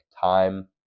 time